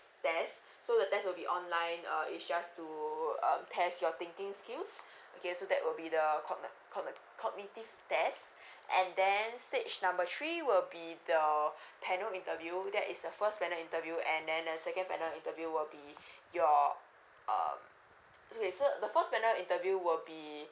test so the test will be online uh it's just to um test your thinking skills okay so that will be the cogni~ cogni~ cognitive test and then stage number three will be the panel interview that is the first panel interview and then the second panel interview will be your um so okay so the first panel interview will be